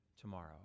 tomorrow